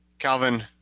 Calvin